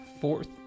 Fourth